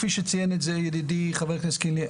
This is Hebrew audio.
כפי שציין את זה ידידי חבר הכנסת קינלי,